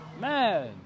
Man